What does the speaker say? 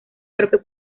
propio